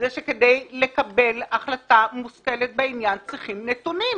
זה שכדי לקבל החלטה מושכלת בעניין צריכים נתונים,